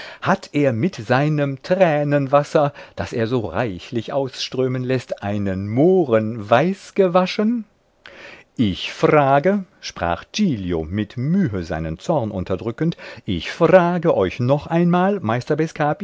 hat er mit seinem tränenwasser das er so reichlich ausströmen läßt einen mohren weiß gewaschen ich frage sprach giglio mit mühe seinen zorn unterdrückend ich frage euch noch einmal